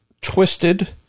twisted